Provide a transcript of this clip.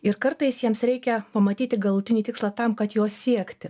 ir kartais jiems reikia pamatyti galutinį tikslą tam kad jo siekti